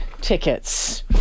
tickets